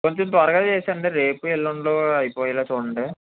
కొంచెం త్వరగా చేయండి రేపు ఎల్లుండిలో అయిపోయేలాగా చూడండి